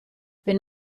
wenn